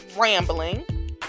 rambling